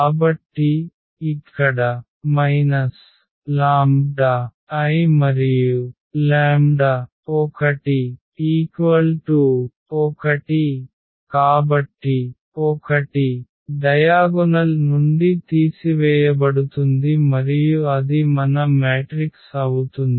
కాబట్టి ఇక్కడ λI మరియు 1 1 కాబట్టి 1 డయాగొనల్ నుండి తీసివేయబడుతుంది మరియు అది మన మ్యాట్రిక్స్ అవుతుంది